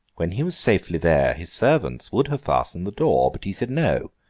when he was safely there, his servants would have fastened the door, but he said no!